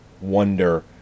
wonder